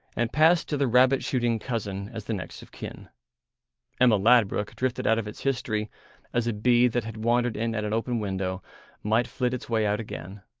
and passed to the rabbit-shooting cousin as the next-of-kin. emma ladbruk drifted out of its history as a bee that had wandered in at an open window might flit its way out again.